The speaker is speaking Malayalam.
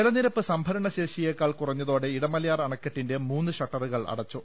ജലനിരപ്പ് സംഭരണ ശേഷിയേക്കാൽ കുറഞ്ഞതോടെ ഇടമലയാർ അണക്കെട്ടിന്റെ മൂന്നു ഷട്ടറുകൾ അടച്ചു